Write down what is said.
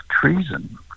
Treason